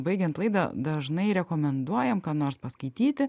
baigiant laidą dažnai rekomenduojam ką nors paskaityti